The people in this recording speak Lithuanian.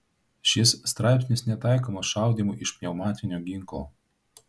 šis straipsnis netaikomas šaudymui iš pneumatinio ginklo